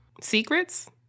Secrets